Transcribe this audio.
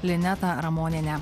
linetą ramonienę